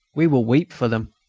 we will weep for them,